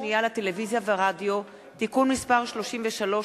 השנייה לטלוויזיה ורדיו (תיקון מס' 33),